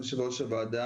יושבת ראש הוועדה,